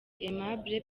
aimable